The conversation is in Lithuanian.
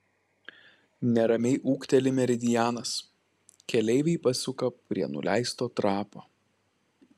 neramiai ūkteli meridianas keleiviai pasuka prie nuleisto trapo